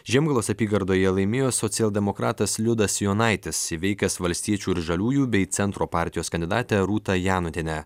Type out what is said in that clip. žiemgalos apygardoje laimėjo socialdemokratas liudas jonaitis įveikęs valstiečių ir žaliųjų bei centro partijos kandidatę rūtą janutienę